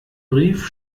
brief